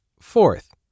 Fourth